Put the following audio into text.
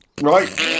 Right